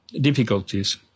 difficulties